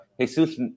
Jesus